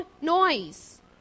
noise